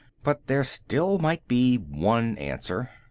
but there still might be one answer.